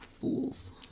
Fools